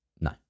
No